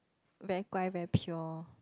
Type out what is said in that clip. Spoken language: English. very 乖: guai very pure